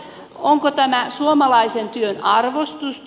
onko tämä suomalaisen työn arvostusta